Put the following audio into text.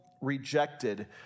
rejected